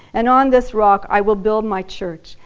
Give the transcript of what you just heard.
and on this rock i will build my church,